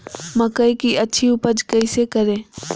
मकई की अच्छी उपज कैसे करे?